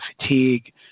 fatigue